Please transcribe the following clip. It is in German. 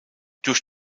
durch